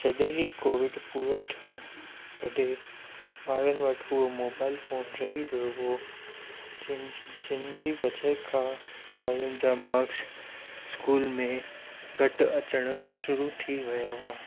जॾहिं ही कोविड पूरो थियो तॾहिं ॿारनि वटि उहो मोबाइल फ़ोन रही वियो हो जिन जिन जी वजह खां ॿारनि जा माक्स स्कूल में घटि अचणु शुरू थी विया हुआ